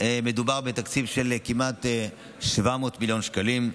מדובר בתקציב של כמעט 700 מיליון שקלים,